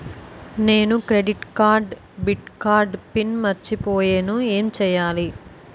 నేను credit card debit card PIN మర్చిపోయేను ఎం చెయ్యాలి?